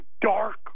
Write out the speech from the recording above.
dark